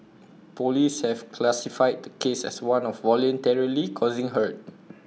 Police have classified the case as one of voluntarily causing hurt